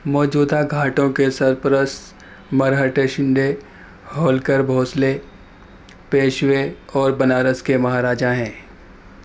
موجودہ گھاٹوں کے سرپرست مرہٹے شنڈے ہولکر بھوسلے پیشوے اور بنارس کے مہاراجہ ہیں